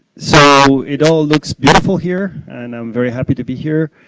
so, it all looks beautiful here and i'm very happy to be here.